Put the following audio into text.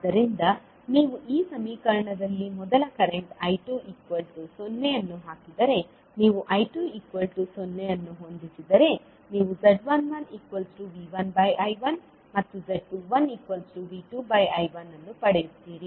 ಆದ್ದರಿಂದ ನೀವು ಈ ಸಮೀಕರಣದಲ್ಲಿ ಮೊದಲ ಕರೆಂಟ್ I20 ಅನ್ನು ಹಾಕಿದರೆ ನೀವು I20 ಅನ್ನು ಹೊಂದಿಸಿದರೆ ನೀವು z11V1I1 ಮತ್ತು z21V2I1 ಅನ್ನು ಪಡೆಯುತ್ತೀರಿ